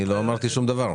לא אמרתי שום דבר.